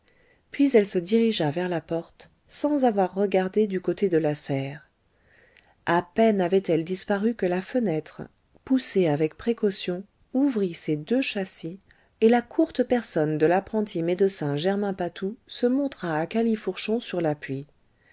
puis elle se dirigea vers la porte sans avoir regardé du côté de la serre a peine avait-elle disparu que la fenêtre poussée avec précaution ouvrit ses deux châssis et la courte personne de l'apprenti médecin germain patou se montra à califourchon sur l'appui